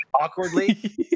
awkwardly